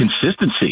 consistency